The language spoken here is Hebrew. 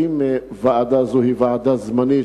האם ועדה זו היא ועדה זמנית,